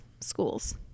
schools